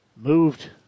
moved